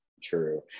true